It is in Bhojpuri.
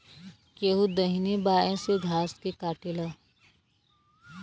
केहू दहिने बाए से घास के काटेला